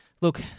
look